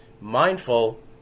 mindful